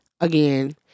Again